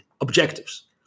objectives